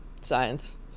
Science